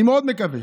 אני מאוד מקווה.